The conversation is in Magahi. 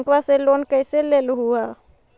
बैंकवा से लेन कैसे लेलहू हे?